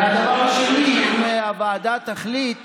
והדבר השני, אם הוועדה תחליט